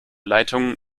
leitungen